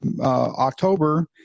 October